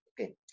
okay